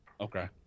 Okay